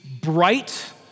bright